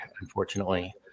unfortunately